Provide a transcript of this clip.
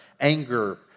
anger